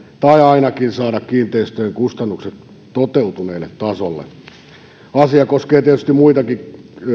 tai ainakin saada kiinteistöjen kustannukset toteutuneelle tasolle asia koskee tietysti muitakin